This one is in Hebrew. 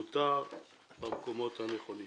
מותר במקומות הנכונים.